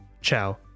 Ciao